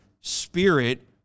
spirit